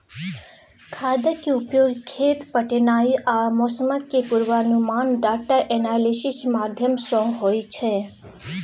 खादक उपयोग, खेत पटेनाइ आ मौसमक पूर्वानुमान डाटा एनालिसिस माध्यमसँ होइ छै